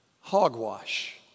hogwash